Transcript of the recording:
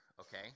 okay